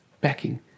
backing